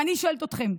ואני שואלת אתכם: